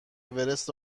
اورست